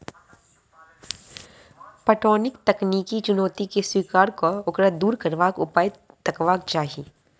पटौनीक तकनीकी चुनौती के स्वीकार क ओकरा दूर करबाक उपाय तकबाक चाही